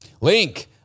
Link